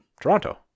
toronto